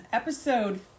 episode